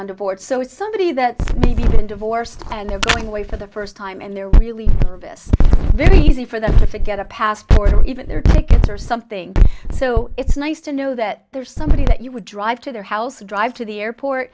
on divorce so it's somebody that been divorced and going away for the first time and they're really this very easy for them to get a passport or even their tickets or something so it's nice to know that there's somebody that you would drive to their house to drive to the airport